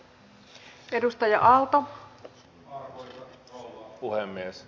arvoisa rouva puhemies